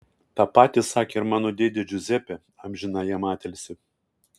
tą patį sakė ir mano dėdė džiuzepė amžiną jam atilsį